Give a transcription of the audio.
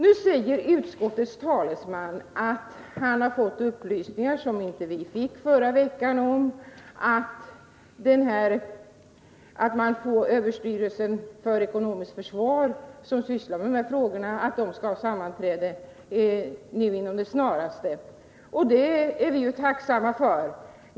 Nu säger utskottets talesman att han har fått upplysningar som inte vi fick förra veckan om att statens industriverk, som sysslar med de här frågorna, skall ha sammanträde inom det snaraste. Det är bra.